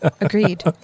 Agreed